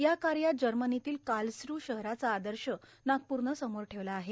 या कायात जमनीतील कालस्रू शहराचा आदश नागपूरनं समोर ठेवला आहे